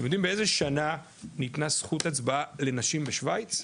אתם יודעים באיזה שנה ניתנה זכות הצבעה לנשים בשוויץ?